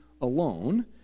alone